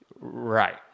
Right